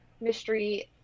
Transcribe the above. mystery